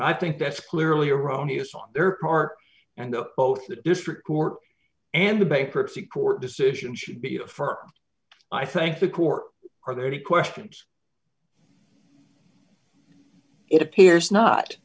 i think that's clearly erroneous on their part and the both the district court and the bankruptcy court decision should be affirmed i think the courts are there to questions it appears not